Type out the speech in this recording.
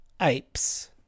apes